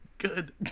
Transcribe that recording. Good